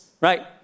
right